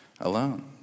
alone